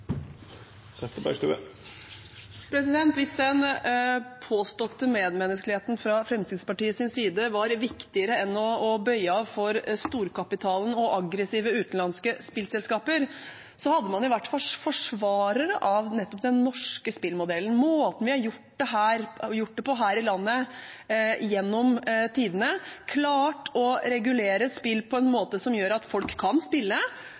Hvis den påståtte medmenneskeligheten fra Fremskrittspartiets side var viktigere enn å bøye av for storkapitalen og aggressive utenlandske spillselskaper, hadde man vært forsvarere av nettopp den norske spillmodellen og måten vi har gjort det på her i landet gjennom tidene, og klart å regulere spill på en måte som gjør at folk kan spille,